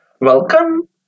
welcome